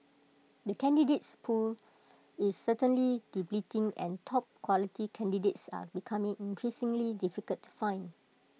the candidates pool is certainly depleting and top quality candidates are becoming increasingly difficult to find